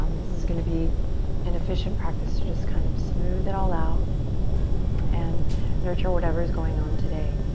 um this is gonna be an efficient practice to just kind of smooth it all out and nurture whatever is going on today.